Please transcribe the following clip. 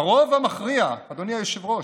הרוב המכריע של הדרשות, אדוני היושב-ראש,